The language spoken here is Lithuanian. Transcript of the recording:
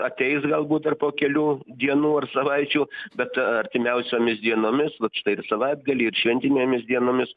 ateis galbūt dar po kelių dienų ar savaičių bet artimiausiomis dienomis vat štai ir savaitgalį ir šventinėmis dienomis